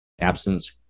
absence